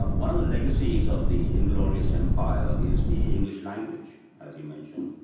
um one of the legacies of the inglorious empire is the english language, as you mentioned.